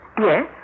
Yes